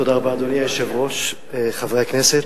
אדוני היושב-ראש, תודה רבה, חברי הכנסת,